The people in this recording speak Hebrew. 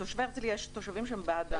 בהרצליה יש תושבים שהם בעד.